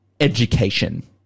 education